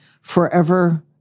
forever